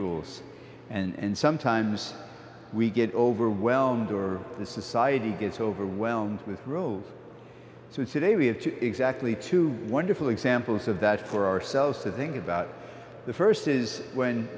rules and sometimes we get overwhelmed or the society gets overwhelmed with rows so today we have to exactly two wonderful examples of that for ourselves to think about the st is when